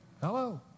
Hello